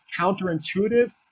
counterintuitive